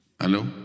Hello